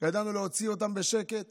ידענו להוציא אותם בשקט